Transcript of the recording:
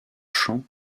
chants